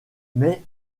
mais